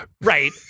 Right